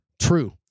True